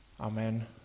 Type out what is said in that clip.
Amen